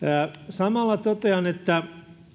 samalla totean että